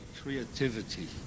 creativity